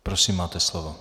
Prosím, máte slovo.